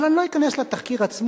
אבל אני לא אכנס לתחקיר עצמו.